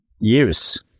years